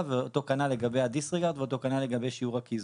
ואותו כנ"ל לגבי הדיסריגרד ואותו כנ"ל לגבי שיעור הקיזוז.